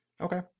okay